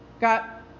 got